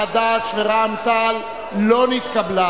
חד"ש ורע"ם-תע"ל לא נתקבלה.